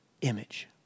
image